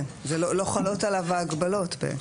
לא חלות עליו ההגבלות.